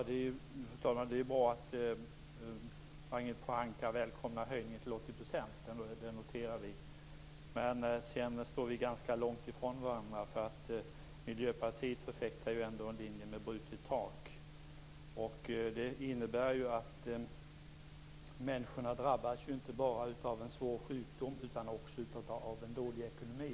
Fru talman! Det är bra att Ragnhild Pohanka välkomnar höjningen till 80 %. Det noterar vi. Men för övrigt står vi ganska långt ifrån varandra. Miljöpartiet förfäktar en linje med brutet tak, och det innebär att människor inte bara drabbas av en svår sjukdom utan också av en dålig ekonomi.